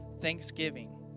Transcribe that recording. Thanksgiving